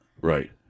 Right